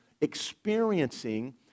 experiencing